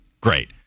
Great